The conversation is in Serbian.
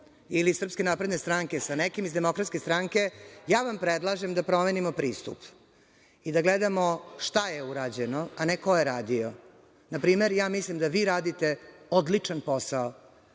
ili Srpske napredne stranke sa nekim iz Demokratske stranke, predlažem vam da promenimo pristup i da gledamo šta je urađeno, a ne ko je radio. Na primer, ja mislim da vi radite odličan posao